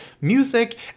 music